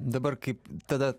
dabar kaip tada